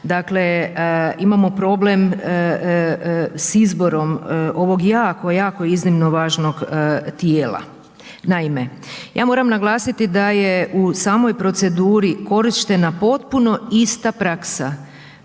doista imamo problem s izborom ovog jako, jako iznimno važnog tijela. Naime, ja moram naglasiti da je u samoj proceduri korištena potpuno ista praksa,